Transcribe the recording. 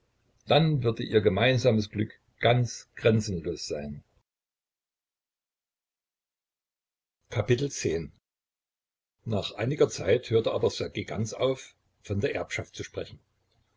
dann würde ihr gemeinsames glück ganz grenzenlos sein x nach einiger zeit hörte aber ssergej ganz auf von der erbschaft zu sprechen